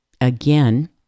again